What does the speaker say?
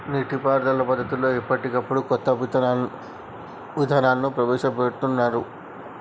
నీటి పారుదల పద్దతులలో ఎప్పటికప్పుడు కొత్త విధానాలను ప్రవేశ పెడుతాన్రు